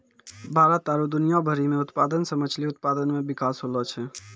भारत आरु दुनिया भरि मे उत्पादन से मछली उत्पादन मे बिकास होलो छै